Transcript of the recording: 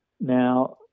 Now